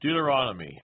Deuteronomy